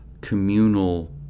communal